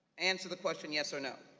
answer the question, yes or no.